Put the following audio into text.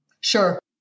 Sure